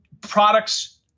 products